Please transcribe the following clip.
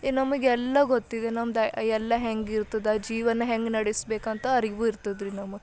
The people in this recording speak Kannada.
ನಮಗೆ ಎಲ್ಲ ಗೊತ್ತಿದೆ ನಮ್ದು ಎಲ್ಲ ಹೆಂಗಿರ್ತದ ಜೀವನ ಹೆಂಗ ನಡೆಸ್ಬೇಕಂತ ಅರಿವು ಇರ್ತದ್ರೀ ನಮಗೆ